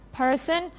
person